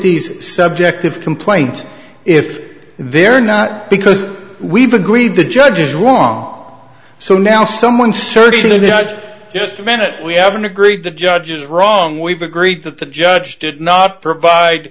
these subjective complaints if they're not because we've agreed the judge is wrong so now someone searching the judge just a minute we haven't agreed the judges wrong we've agreed that the judge did not provide